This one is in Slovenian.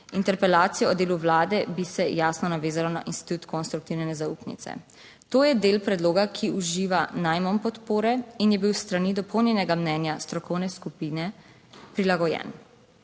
Interpelacijo o delu vlade bi se jasno navezalo na institut konstruktivne nezaupnice. To je del predloga, ki uživa najmanj podpore in je bil s strani dopolnjenega mnenja strokovne skupine prilagojen.